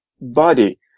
body